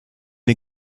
den